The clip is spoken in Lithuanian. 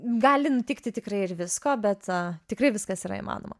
gali nutikti tikrai ir visko bet tikrai viskas yra įmanoma